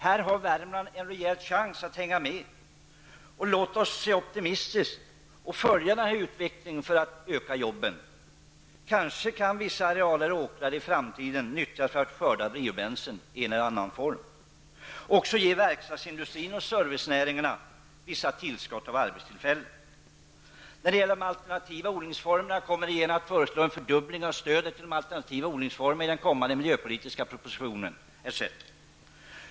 Här har Värmland en rejäl chans att hänga med. Låt oss se optimistiskt på detta och följa utvecklingen för att öka arbetstillfällena. Kanske kan vissa arealer åkrar i framtiden nyttjas för att skörda biobränslen i en eller annan form. Verkstadsindustrin och servicenäringarna skall ges vissa tillskott av arbetstillfällen. När det gäller de alternativa odlingsformerna kommer regeringen att föreslå en fördubbling av stödet till alternativa odlingsformer i den kommande miljöpolitiska propositionen, etc.